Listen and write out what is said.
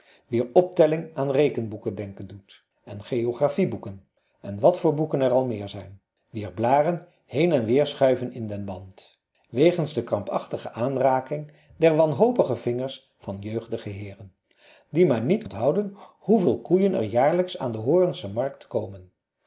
wier optelling aan rekenboeken denken doet en geographieboeken en wat voor boeken er al meer zijn wier blaren heen en weer schuiven in den band wegens de krampachtige aanraking der wanhopige vingers van jeugdige heeren die maar niet onthouden kunnen hoeveel koeien er jaarlijks aan de hoornsche markt komen